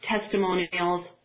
testimonials